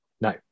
No